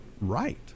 right